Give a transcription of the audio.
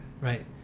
Right